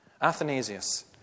Athanasius